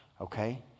Okay